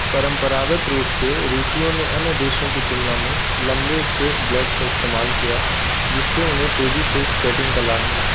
परंपरागत रूप से रूसियों ने अन्य देशों की तुलना में लंबे स्केट ब्लेड का इस्तेमाल किया जिससे उन्हें तेजी से स्केटिंग का लाभ मिला